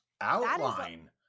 Outline